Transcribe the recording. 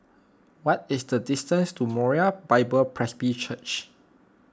what is the distance to Moriah Bible Presby Church